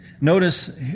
Notice